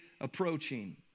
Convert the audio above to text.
approaching